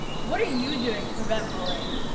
what are you doing to prevent bullying?